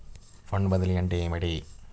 Fund బదిలీ అంటే ఏమిటి?